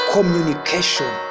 Communication